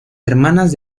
hermanas